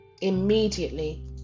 immediately